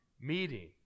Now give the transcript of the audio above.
meeting